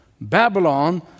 Babylon